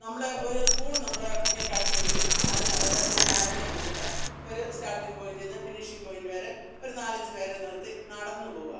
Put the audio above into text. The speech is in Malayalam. നമ്മൾ ഒരു സ്പൂൺ നമ്മുടെ ഇങ്ങനെ കടിച്ച് പിടിക്കും അതിനകത്ത് ഒരു നാരങ്ങ വച്ചിട്ട് ഒരു സ്റ്റാർട്ടിങ്ങ് പോയിൻ്റിൽ നിന്ന് ഫിനിഷിങ്ങ് പോയിൻ്റ് വരെ ഒരു നാലഞ്ച് പേരെ നിർത്തി നടന്നു പോവുക